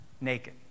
naked